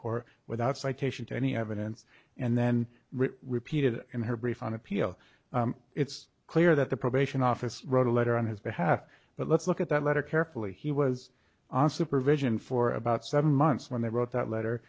court without citation to any evidence and then repeated in her brief on appeal it's clear that the probation office wrote a letter on his behalf but let's look at that letter carefully he was on supervision for about seven months when they wrote that letter